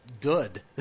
good